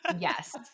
Yes